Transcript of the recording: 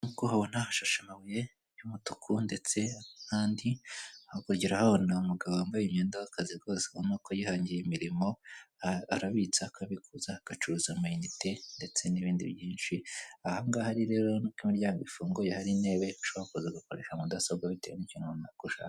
Nk'uko uhabona hashashe amabuye y'umutuku ndetse n'andi, hakurya urahabona umugabo wambaye imyenda y'akazi rwose ubona ko yihangiye imirimo, arabitsa, akabikuza, agacuruza amayinite, ndetse n'ibindi byinshi, ahangaha ari rero nuko imiryango ifunguye, hari intebe ushobora kuza ugakoresha mudasobwa bitewe n'ikintu runaka ushaka.